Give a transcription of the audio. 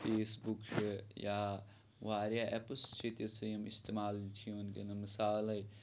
Facebook چھِ یا واریاہ ایپٕس چھِ تِژھٕ یِم استعمال چھِ یِوان دِنہٕ مثالَے